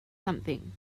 something